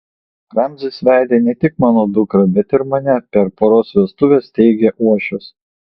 ramzis vedė ne tik mano dukrą bet ir mane per poros vestuves teigė uošvis